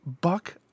Buck